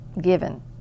given